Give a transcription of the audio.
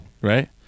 right